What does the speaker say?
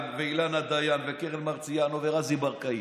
ואילנה דיין וקרן מרציאנו ורזי ברקאי,